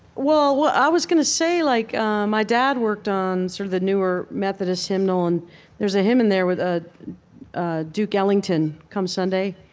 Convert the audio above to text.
well, i was going to say, like my dad worked on sort of the newer methodist hymnal, and there's a hymn in there with ah ah duke ellington, come sunday.